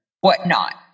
whatnot